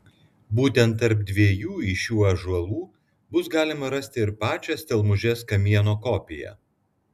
būtent tarp dviejų iš šių ąžuolų bus galima rasti ir pačią stelmužės kamieno kopiją